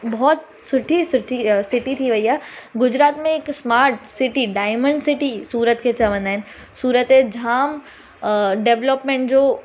बहुत सुठी सिटी अ सिटी थी वई आहे गुजरात में हिकु smart city diamond city Surat खे चवंदा आहिनि सूरत त जाम अ डेवलपमेंट जो